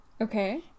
Okay